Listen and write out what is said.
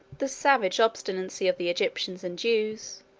the savage obstinacy of the egyptians and jews,